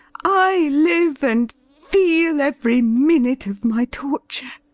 i live and feel every minute of my torture.